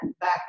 back